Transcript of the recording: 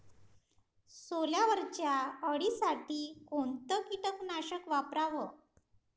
सोल्यावरच्या अळीसाठी कोनतं कीटकनाशक वापराव?